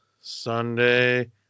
Sunday